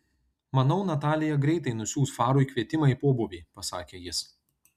manau natalija greitai nusiųs farui kvietimą į pobūvį pasakė jis